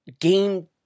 game